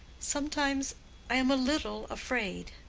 sometimes i am a little afraid.